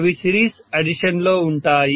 అవి సిరీస్ అడిషన్లో ఉంటాయి